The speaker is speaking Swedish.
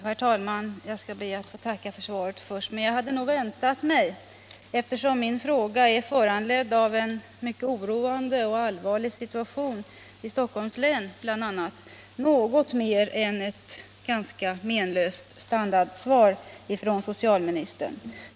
Herr talman! Jag skall först be att få tacka för svaret, men eftersom min fråga är föranledd av en mycket oroande och allvarlig situation i bl.a. Stockholms län hade jag väntat mig något mer än ett ganska menlöst standardsvar från socialministern.